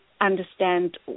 understand